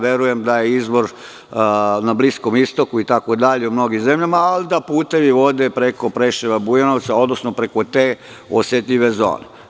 Verujem da je izvor na Bliskom Istoku itd, ali da putevi vode preko Preševa i Bujanovca, odnosno preko te osetljive zone.